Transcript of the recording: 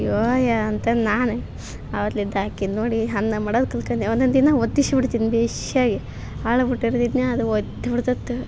ಅಯ್ಯೋಯ ಅಂತ ಅಂದು ನಾನು ಆವತ್ಲಿದು ಹಾಕಿದ ನೋಡಿ ಅನ್ನ ಮಾಡದ ಕಲ್ತ್ಕಂದೆ ಒಂದೊಂದಿನ ಹೊತ್ತಿಶಿ ಬಿಡ್ತೀನಿ ಬೆಯ್ಶ್ಯಾಗಿ ಹಾಲ್ಬುತ್ತನ ಅದು ಹೊತ್ಬಿಟ್ಟಾತು